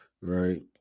right